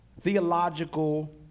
theological